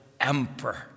emperor